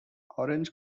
orange